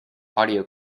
audio